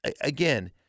Again